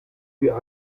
wir